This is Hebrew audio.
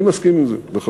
אני מסכים עם זה לחלוטין.